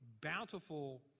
bountiful